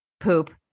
poop